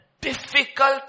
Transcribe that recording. difficult